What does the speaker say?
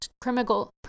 criminal